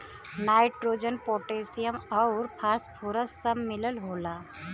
nitrogen potassium आउर phosphorus सब मिलल होला